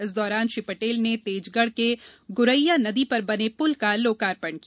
इस दौरान श्री पटेल ने तेजगढ़ में गुरैया नदी पर बने पुल का लोकार्पण किया